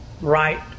right